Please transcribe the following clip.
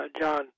John